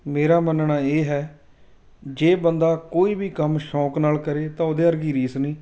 ਮੇਰਾ ਮੰਨਣਾ ਇਹ ਹੈ ਜੇ ਬੰਦਾ ਕੋਈ ਵੀ ਕੰਮ ਸ਼ੌਂਕ ਨਾਲ ਕਰੇ ਤਾਂ ਉਹਦੇ ਵਰਗੀ ਰੀਸ ਨਹੀਂ